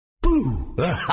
Boo